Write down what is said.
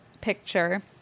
picture